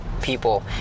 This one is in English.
people